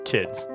Kids